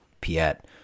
Piet